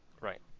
Right